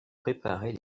préparer